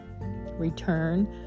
Return